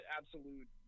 absolute